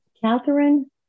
Catherine